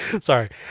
sorry